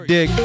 Dig